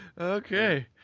Okay